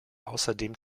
außerdem